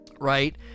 right